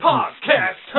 Podcast